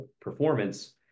performance